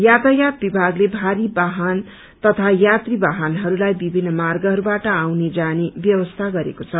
यातायात विभागले भारी वाहन तथा यात्री वाहनहरूलाई विभित्र मार्गहरूबाट आउने जाने व्यवस्था गरेको छ